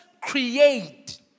create